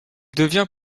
devient